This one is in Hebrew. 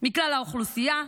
מכלל האוכלוסייה,